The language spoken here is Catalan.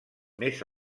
més